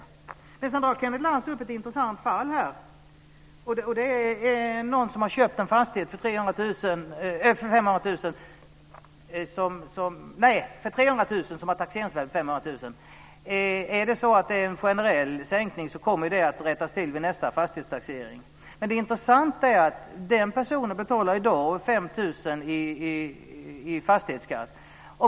Kenneth Lantz tar upp ett intressant fall här. Det gäller då den som har köpt en fastighet för 300 000 kr. Är det så att det är en generell sänkning kommer det att rättas till vid nästa fastighetstaxering. Det intressanta är att den personen i dag betalar 5 000 kr i fastighetsskatt.